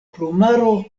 plumaro